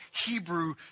Hebrew